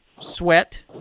sweat